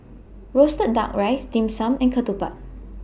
Roasted Duck Rice Dim Sum and Ketupat